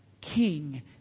King